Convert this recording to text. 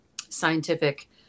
scientific